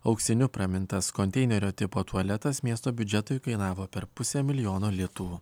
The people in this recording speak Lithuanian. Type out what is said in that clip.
auksiniu pramintas konteinerio tipo tualetas miesto biudžetui kainavo per pusę milijono litų